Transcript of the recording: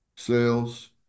sales